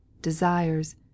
desires